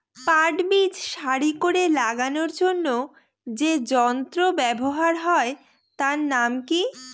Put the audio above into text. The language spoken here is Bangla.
পাট বীজ সারি করে লাগানোর জন্য যে যন্ত্র ব্যবহার হয় তার নাম কি?